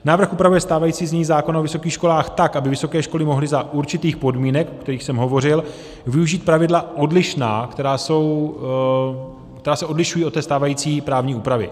Návrh upravuje stávající znění zákona o vysokých školách tak, aby vysoké školy mohly za určitých podmínek, o kterých jsem hovořil, využít pravidla odlišná, která se odlišují od stávající právní úpravy.